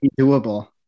doable